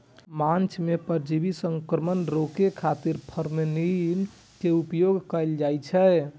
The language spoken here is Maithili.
माछ मे परजीवी संक्रमण रोकै खातिर फॉर्मेलिन के उपयोग कैल जाइ छै